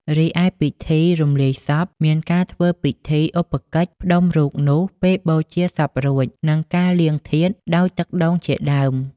រិឯពិធីរំលាយសព មានការធ្វើពិធីឧបកិច្ចផ្តុំរូបនោះពេលបូជាសពរួច និងការលាងធាតុដោយទឹកដូងជាដើម។